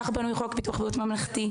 כך בנוי חוק ביטוח בריאות ממלכתי.